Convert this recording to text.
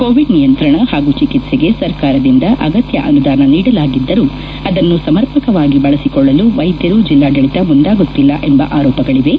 Covid ನಿಯಂತ್ರಣ ಹಾಗೂ ಚಿಕಿತ್ಸೆಗೆ ಸರ್ಕಾರದಿಂದ ಅಗತ್ಯ ಅನುದಾನ ನೀಡಲಾಗಿದ್ದರೂ ಅದನ್ನು ಸಮರ್ಪಕವಾಗಿ ಬಳಸಿಕೊಳ್ಳಲು ವೈದ್ಯರು ಜಿಲ್ಲಾಡಳಿತ ಮುಂದಾಗುತ್ತಿಲ್ಲ ಎಂಬ ಆರೋಪಗಳಿವೆ